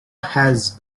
has